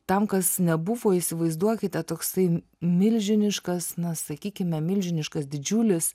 tam kas nebuvo įsivaizduokite toksai milžiniškas na sakykime milžiniškas didžiulis